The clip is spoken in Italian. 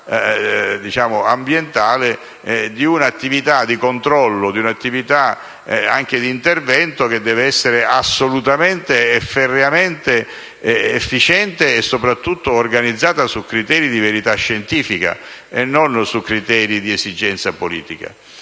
di un'attività di controllo e di un'attività di intervento che deve essere assolutamente e ferreamente efficiente e soprattutto organizzata su criteri di verità scientifica e non su criteri di esigenza politica.